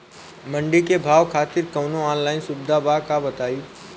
मंडी के भाव खातिर कवनो ऑनलाइन सुविधा बा का बताई?